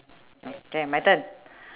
okay my turn